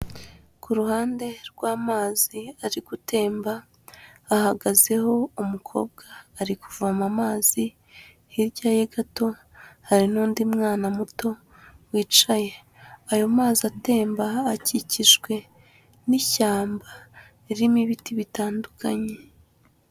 Ku ruhande rw'amazi ari gutemba hahagazeho umukobwa ari kuvoma amazi, hirya ye gato hari n'undi mwana muto wicaye, ayo mazi atemba akikijwe n'ishyamba ririmo ibiti bitandukanye.